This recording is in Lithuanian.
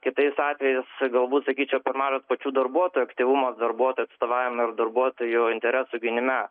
kitais atvejais galbūt sakyčiau per mažas pačių darbuotojų aktyvumas darbuotojų atstovavime ir darbuotojų interesų gynime